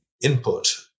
input